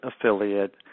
affiliate